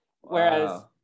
whereas